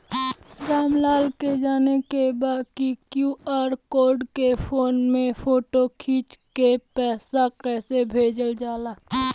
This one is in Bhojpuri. राम लाल के जाने के बा की क्यू.आर कोड के फोन में फोटो खींच के पैसा कैसे भेजे जाला?